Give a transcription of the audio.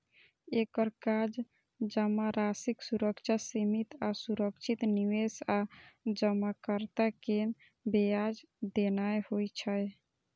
एकर काज जमाराशिक सुरक्षा, सीमित आ सुरक्षित निवेश आ जमाकर्ता कें ब्याज देनाय होइ छै